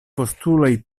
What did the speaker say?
postuloj